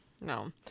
no